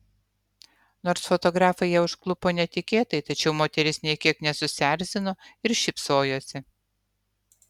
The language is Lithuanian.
nors fotografai ją užklupo netikėtai tačiau moteris nė kiek nesusierzino ir šypsojosi